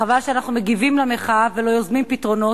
חבל שאנחנו מגיבים למחאה ולא יוזמים פתרונות.